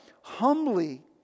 humbly